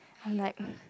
I'm like